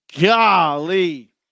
golly